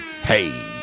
Hey